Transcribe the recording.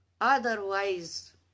Otherwise